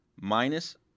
Minus